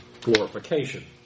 glorification